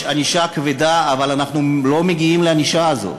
יש ענישה כבדה, אבל אנחנו לא מגיעים לענישה הזאת.